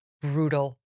brutal